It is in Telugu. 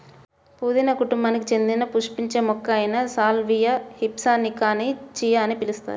పుదీనా కుటుంబానికి చెందిన పుష్పించే మొక్క అయిన సాల్వియా హిస్పానికాని చియా అని పిలుస్తారు